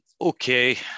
Okay